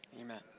Amen